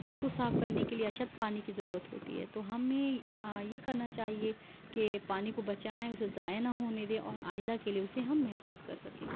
اس کو صاف کرنے کے لیے اشد پانی کی ضرورت ہوتی ہے تو ہمیں یہ کرنا چاہیے کہ پانی کو بچائیں اسے ضائع نہ ہونے دیں اور آئندہ کے لیے اسے ہم محفوظ کر سکیں